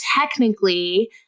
technically